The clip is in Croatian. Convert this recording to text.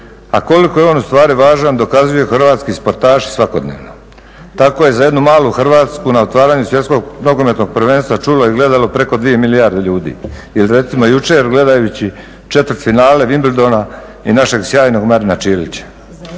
A koliko je on ustvari važan dokazuju hrvatski sportaši svakodnevno. Tako je za jednu malu Hrvatsku na otvaranju Svjetskog nogometnog prvenstva čulo i gledalo preko 2 milijarde ljudi. Ili recimo jučer gledajući četvrtfinale Wimbledona i našeg sjajnog Marina Čilića.